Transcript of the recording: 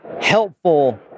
helpful